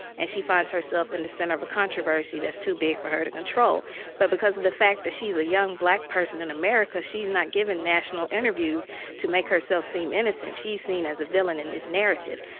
and she finds herself in the center of a controversy that's too big for her to control but because of the fact that she's a young black person in america, she's not given national interviews to make herself seem innocent. she's seen as a villain in this narrative.